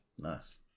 Nice